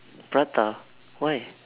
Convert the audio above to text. prata why